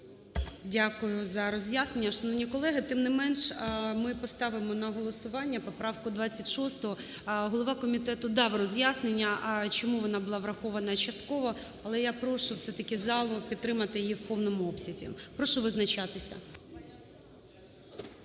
Дякую за роз'яснення. Шановні колеги, тим не менш, ми поставимо на голосування поправку 26. Голова комітету дав роз'яснення, чому вона була врахована частково, але я прошу все-таки залу підтримати її в повному обсязі. Прошу визначатися.